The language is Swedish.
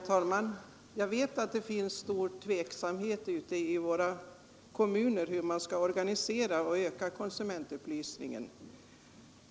Herr talman! Jag vet att det råder stor tveksamhet ute i kommunerna om hur man skall organisera och öka konsumentupplysningen.